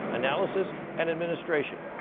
analysis, and administration.